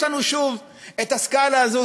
יש לנו שוב את הסקאלה הזו,